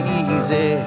easy